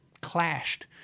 clashed